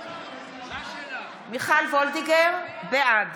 (קוראת בשמות חברי הכנסת) מיכל וולדיגר, בעד